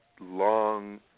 long